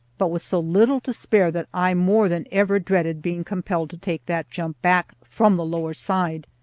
but with so little to spare that i more than ever dreaded being compelled to take that jump back from the lower side.